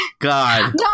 God